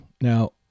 Now